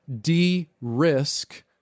de-risk